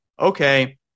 okay